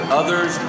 others